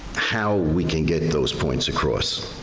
how we can get those points across,